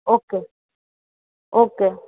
okay okay